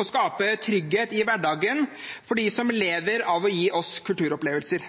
og skape trygghet i hverdagen for dem som lever av å gi oss kulturopplevelser.